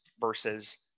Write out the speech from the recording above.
versus